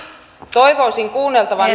toivoisin kuunneltavan